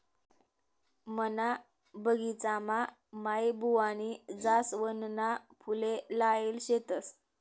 मना बगिचामा माईबुवानी जासवनना फुले लायेल शेतस